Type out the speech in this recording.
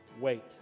wait